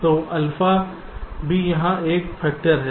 तो अल्फा भी यहां एक फैक्टर है